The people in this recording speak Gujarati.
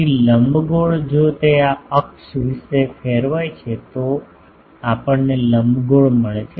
તેથી લંબગોળ જો તે આ અક્ષ વિશે ફેરવાય છે તો આપણને લંબગોળ મળે છે